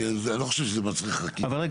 כי אני לא חושב שזה מצריך --- רגע,